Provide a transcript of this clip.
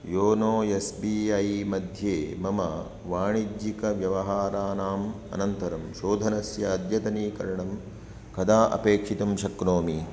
YONO S B I मध्ये मम वाणिज्यिक व्यवहारानाम् अनन्तरं शोधनस्य अद्यतनीकरणं कदा अपेक्षितुं शक्नोमि